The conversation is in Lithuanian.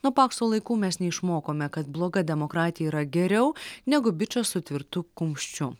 nuo pakso laikų mes neišmokome kad bloga demokratija yra geriau negu bičas su tvirtu kumščiu